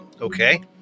Okay